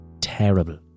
Terrible